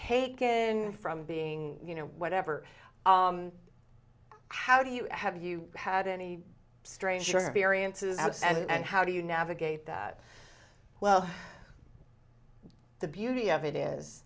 in from being you know whatever how do you have you had any stranger variances absent and how do you navigate that well the beauty of it is